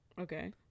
Okay